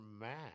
mad